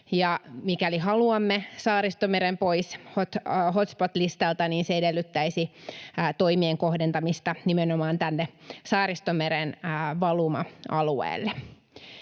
mikäli haluamme Saaristomeren pois hotspot-listalta, niin se edellyttäisi toimien kohdentamista nimenomaan tänne Saaristomeren valuma-alueelle.